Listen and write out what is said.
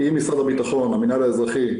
אם משרד הביטחון, המינהל האזרחי,